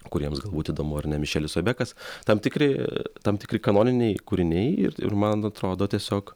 kuriems galbūt įdomu ar ne mišelis obekas tam tikri tam tikri kanoniniai kūriniai ir ir man atrodo tiesiog